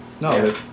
No